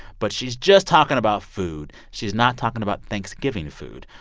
but she's just talking about food. she's not talking about thanksgiving food.